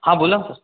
हा बोला